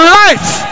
life